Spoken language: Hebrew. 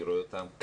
אני רואה אותם,